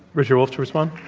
richard wolff to respond.